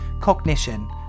cognition